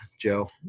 Joe